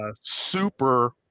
super